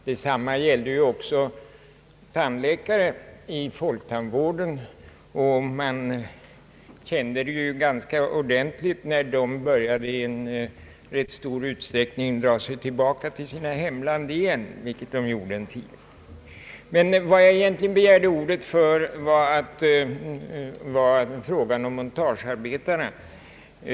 Detsamma gäller tandläkarna inom folktandvården, och det märktes ganska ordentligt när utländska tandläkare här i stor utsträckning började dra sig tillbaka till sina hemländer, vilket förekom under en viss tid. Men jag begärde egentligen ordet för att diskutera frågan om montagearbetarna.